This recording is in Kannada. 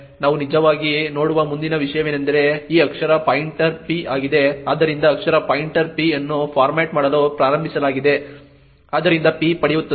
ನಾವು ನಿಜವಾಗಿ ನೋಡುವ ಮುಂದಿನ ವಿಷಯವೆಂದರೆ ಈ ಅಕ್ಷರ ಪಾಯಿಂಟರ್ p ಆಗಿದೆ ಆದ್ದರಿಂದ ಅಕ್ಷರ ಪಾಯಿಂಟರ್ p ಅನ್ನು ಫಾರ್ಮ್ಯಾಟ್ ಮಾಡಲು ಪ್ರಾರಂಭಿಸಲಾಗಿದೆ ಆದ್ದರಿಂದ p ಪಡೆಯುತ್ತದೆ